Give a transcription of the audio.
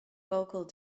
vocal